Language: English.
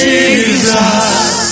Jesus